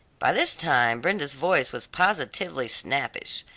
by this time brenda's voice was positively snappish,